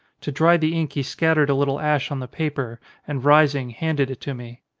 to dry the ink he scattered a little ash on the paper and rising handed it to me.